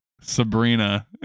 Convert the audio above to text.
Sabrina